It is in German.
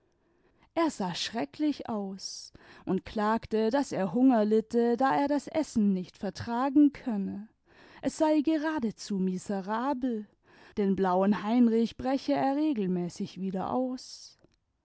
r sah schrecklich aus und klagte daß er hunger litte da er das essen nicht vertragen könne es sei geradezu miserabel den blauen heinrich breche er regelmäßig wieder aus